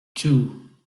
two